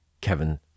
Kevin